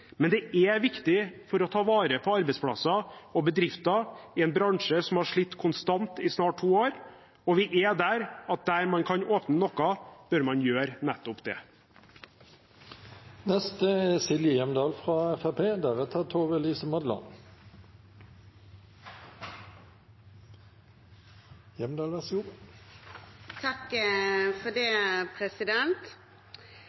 men det er viktig for å ta vare på arbeidsplasser og bedrifter i en bransje som har slitt konstant i snart to år. Og vi er der at der man kan åpne noe, bør man gjøre nettopp